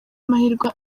mahirwe